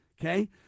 Okay